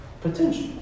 potential